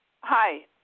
Hi